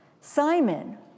Simon